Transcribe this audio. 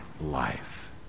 life